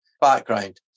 background